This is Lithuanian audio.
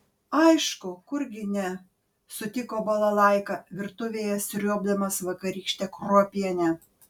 aišku kurgi ne sutiko balalaika virtuvėje sriuobdamas vakarykštę kruopienę